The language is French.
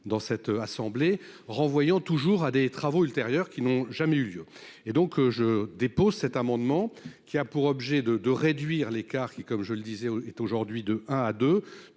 dans cette assemblée, renvoyant toujours à des travaux ultérieurs qui n'ont jamais eu lieu et donc je dépose cet amendement qui a pour objet de de réduire l'écart qui, comme je le disais, est aujourd'hui de à de